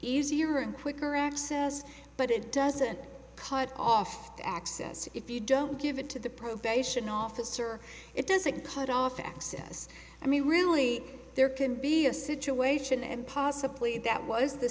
easier and quicker access but it doesn't cut off access if you don't give it to the probation officer it doesn't cut off access i mean really there can be a situation and possibly that was the